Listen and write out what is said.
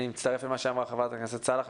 אני מצטרף למה שאמרה חברת הכנסת סאלח.